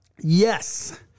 Yes